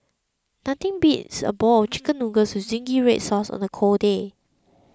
nothing beats a bowl of Chicken Noodles with Zingy Red Sauce on a cold day